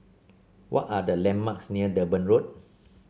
what are the landmarks near Durban Road